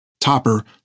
Topper